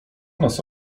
nas